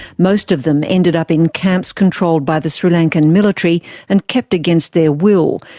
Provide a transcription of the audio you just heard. most of them ended up in camps controlled by the sri lankan military and kept against their will,